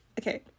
okay